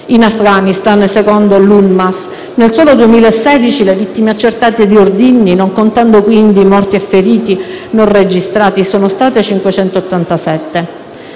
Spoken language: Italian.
In Afghanistan, secondo l'UNMAS nel solo 2016 le vittime accertate di ordigni - non contando quindi morti e feriti non registrati - sono state 587.